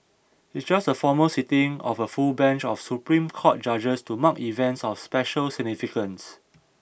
it just a formal sitting of a full bench of Supreme Court judges to mark events of special significance